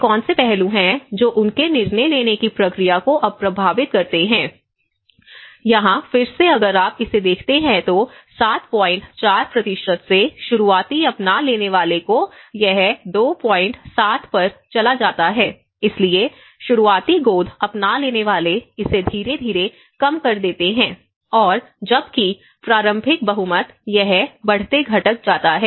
वे कौन से पहलू हैं जो उनके निर्णय लेने की प्रक्रिया को अब प्रभावित करते हैं यहाँ फिर से अगर आप इसे देखते हैं तो 74 से शुरुआती अपना लेने वाले को यह 27 पर चला जाता है इसलिए शुरुआती गोद अपना लेने वाले इसे धीरे धीरे कम कर देते हैं और जबकि प्रारंभिक बहुमत यह बढ़ते घटक जाता है